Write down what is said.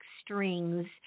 strings